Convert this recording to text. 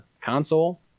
console